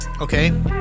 okay